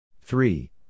Three